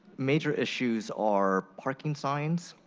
major issues are parking signs,